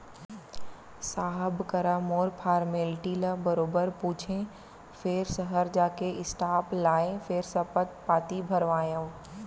साहब करा मोर फारमेल्टी ल बरोबर पूछें फेर सहर जाके स्टांप लाएँ फेर सपथ पाती भरवाएंव